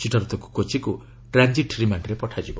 ସେଠାରୁ ତାକୁ କୋଚିକୁ ଟ୍ରାଞ୍ଜିଟ୍ ରିମାଣ୍ଡରେ ପଠାଯିବ